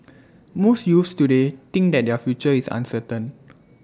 most youths today think that their future is uncertain